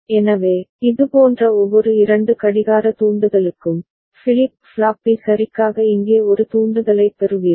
எனவே இதுபோன்ற ஒவ்வொரு இரண்டு கடிகார தூண்டுதலுக்கும் ஃபிளிப் ஃப்ளாப் பி சரிக்காக இங்கே ஒரு தூண்டுதலைப் பெறுவீர்கள்